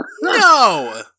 No